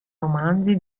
romanzi